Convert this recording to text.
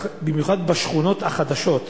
במיוחד בשכונות החדשות: